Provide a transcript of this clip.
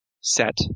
set